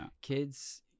kids